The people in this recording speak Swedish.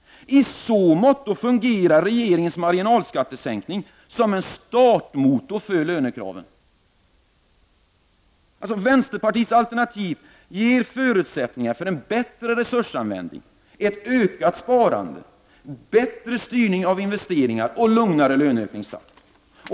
I så måtto fungerar regeringens marginalskattesänkning som en startmotor för lönekraven. Vänsterpartiets alternativ ger således förutsättningar för bättre resursanvändning, ett ökat sparande, bättre styrning av investeringar och lugnare löneökningstakt.